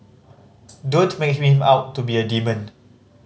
don't make him out to be a demon